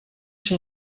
się